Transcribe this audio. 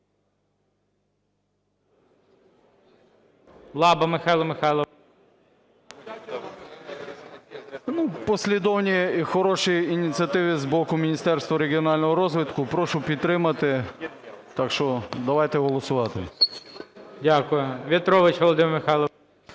Дякую. В'ятрович Володимир Михайлович.